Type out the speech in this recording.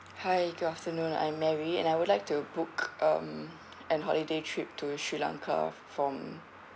hi good afternoon I'm mary and I would like to book um an holiday trip to sri lanka from